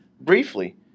briefly